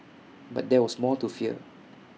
but there was more to fear